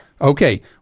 Okay